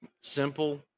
Simple